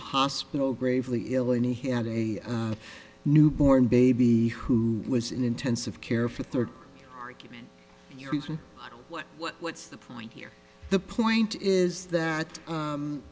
hospital gravely ill and he had a newborn baby who was in intensive care for thirty what what's the point here the point is that